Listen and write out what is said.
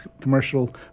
commercial